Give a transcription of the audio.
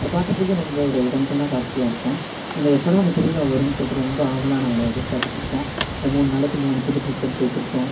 அது பார்க்கறதுக்கே ரொம்ப ஒரு கண்கொள்ளா காட்சியாக இருக்கும் அந்த எப்போடா அந்த திருவிழா வரும்னு சொல்லிட்டு ரொம்ப ஆவலாக நாங்களெலாம் எதிர்பார்த்துட்ருப்போம் அந்த மூணு நாளைக்கு மூணு புது ட்ரெஸ் எடுத்து வெச்சுருப்போம்